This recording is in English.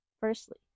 Firstly